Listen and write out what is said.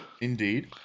Indeed